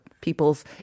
people's